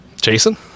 Jason